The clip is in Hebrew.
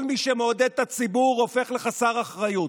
כל מי שמעודד את הציבור הופך לחסר אחריות.